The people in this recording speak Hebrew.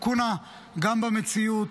לקונה גם במציאות,